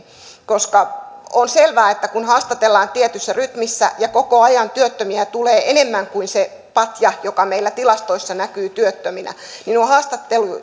koska on selvää että kun haastatellaan tietyssä rytmissä ja koko ajan työttömiä tulee enemmän kuin se patja joka meillä tilastoissa näkyy työttöminä niin